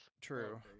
True